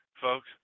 Folks